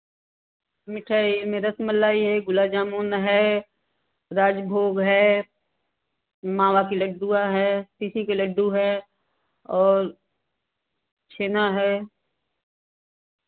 मिठाई में रसमलाई है गुलाब जामुन है राजभोग है मावा की लड्डडू है सीसी के लड्डू है और छेना है